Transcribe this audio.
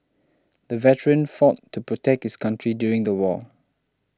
the veteran fought to protect his country during the war